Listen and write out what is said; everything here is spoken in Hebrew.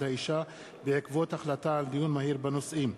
האשה בעקבות דיונים מהירים בנושאים: